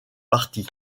parti